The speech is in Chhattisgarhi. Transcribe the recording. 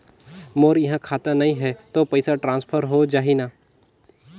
मोर इहां खाता नहीं है तो पइसा ट्रांसफर हो जाही न?